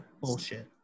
bullshit